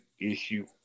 issue